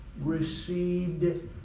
received